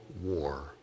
war